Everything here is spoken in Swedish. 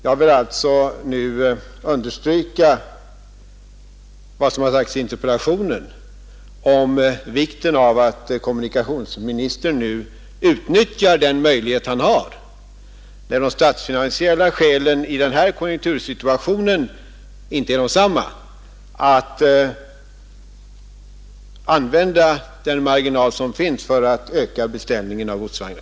Jag vill alltså understryka vad som har sagts i interpellationen om vikten av att kommunikationsministern nu utnyttjar den marginal han har, när de statsfinansiella skälen i den här konjunktursituationen inte är desamma som tidigare att öka beställningen av godsvagnar.